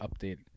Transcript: update